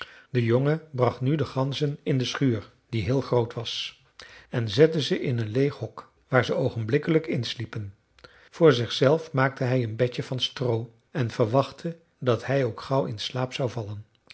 de jongen bracht nu de ganzen in de schuur die heel groot was en zette ze in een leeg hok waar ze oogenblikkelijk insliepen voor zichzelf maakte hij een bedje van stroo en verwachtte dat hij ook gauw in slaap zou vallen